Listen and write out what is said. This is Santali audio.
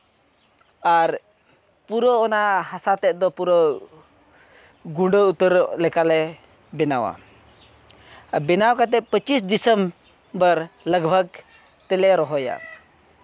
ᱟᱨ ᱯᱩᱨᱟᱹ ᱚᱱᱟ ᱦᱟᱥᱟ ᱛᱮᱫ ᱫᱚ ᱯᱩᱨᱟᱹ ᱜᱩᱰᱟᱹ ᱩᱛᱟᱹᱨᱚᱜ ᱞᱮᱠᱟᱞᱮ ᱢᱟᱱᱟᱣᱟ ᱟᱨ ᱵᱮᱱᱟᱣ ᱠᱟᱛᱮ ᱯᱚᱸᱪᱤᱥ ᱰᱤᱥᱮᱢᱵᱚᱨ ᱞᱟᱜᱽ ᱵᱷᱚᱜᱽ ᱛᱮᱞᱮ ᱨᱚᱦᱚᱭᱟ